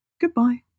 Goodbye